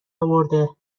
اورده